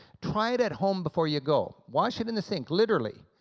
try it at home before you go. wash it in the sink, literally,